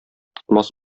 тотмас